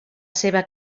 seva